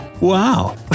Wow